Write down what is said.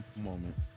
moment